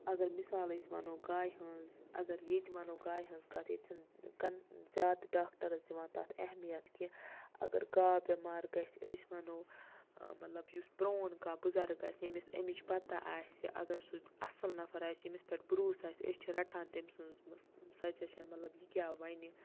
اَگَر مِثال أسۍ وَنو گایہِ ہنٛز اَگَر ییٚتہِ وَنو گایہِ ہنٛز کَتھ ییٚتہِ چھنہٕ کَن زیادٕ ڈاکٹَرَس دِوان تَتھ اہمِیَت کیٛنٛہہ اَگَر گاو بٮ۪مار گَژھ أسۍ وَنو مطلب یُس پرون کانٛہہ بُزَرَگ آسِہ ییٚمِس اِمِچ پَتہ آسہِ اَگَر سُہ اَصٕل نَفَر آسہِ ییٚمِس پٮ۪ٹھ بروسہٕ آسہِ أسۍ چھِ رَٹان تٔمۍ سٕنٛز سَجَشَن مَطلَب یہِ کیاہ وَنہِ